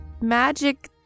magic-